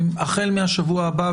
החל מהשבוע הבא,